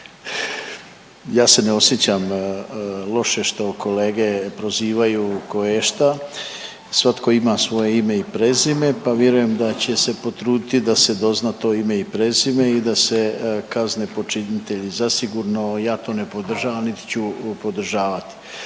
ja se ne osjećam loše što kolege prozivaju koješta, svatko ima svoje ime i prezime pa vjerujem da će se potruditi da se dozna to ime i prezime i da se kazne počinitelji. Zasigurno ja to ne podržavam niti ću podržavati,